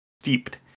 steeped